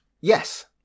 Yes